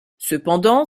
cependant